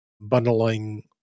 bundling